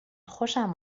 خوشم